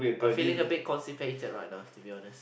I'm feeling a bit constipated right now to be honest